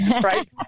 right